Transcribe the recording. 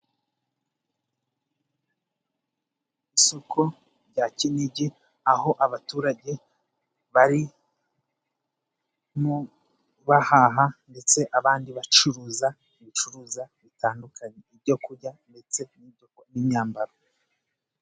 Isoko rya Kinigi aho abaturage barimo bahaha ndetse abandi bacuruza ibicuruzwa bitandukanye. Ibyo kurya ndetse n'imyambaro.